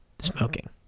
smoking